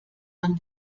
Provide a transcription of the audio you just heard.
dann